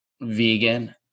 vegan